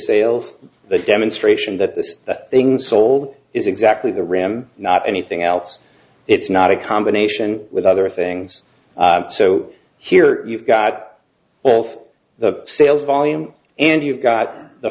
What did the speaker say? sales the demonstration that this thing sold is exactly the rim not anything else it's not a combination with other things so here you've got wealth the sales volume and you've got the